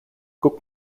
guck